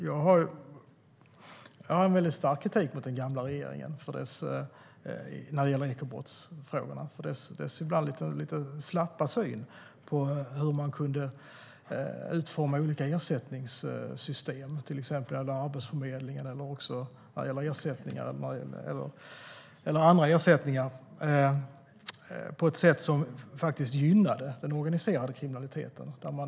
Jag har en stark kritik mot den gamla regeringen när det gäller ekobrottsfrågorna och regeringens ibland lite slappa syn på hur man kunde utforma olika ersättningssystem, till exempel när det gäller Arbetsförmedlingen eller andra ersättningar, på ett sätt som faktiskt gynnade den organiserade kriminaliteten.